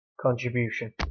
contribution